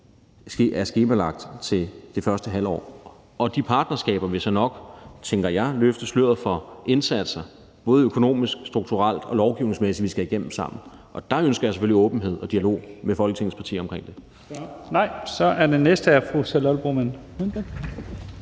skemalagt til det første halvår. De partnerskaber vil så nok, tænker jeg, løfte sløret for indsatser, både økonomisk, strukturelt og lovgivningsmæssigt, som vi skal igennem sammen, og der ønsker jeg selvfølgelig åbenhed og dialog med Folketingets partier omkring det. Kl. 14:56 Første næstformand